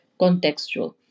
contextual